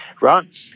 Right